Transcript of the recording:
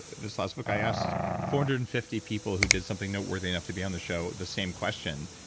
this last book, i asked four hundred and fifty people who did something noteworthy enough to be on the show, the same question.